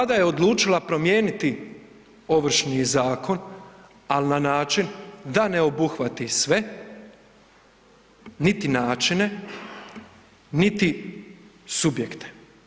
Vlada je odlučila promijeniti Ovršni zakon, ali na način da ne obuhvati sve niti načine niti subjekte.